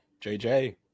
JJ